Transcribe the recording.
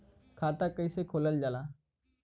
खाता कैसे खोलल जाला?